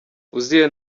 uzziel